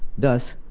thus,